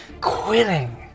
quitting